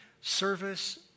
service